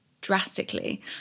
drastically